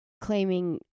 claiming